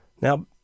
now